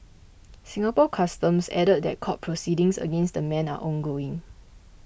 Singapore Customs added that court proceedings against the men are ongoing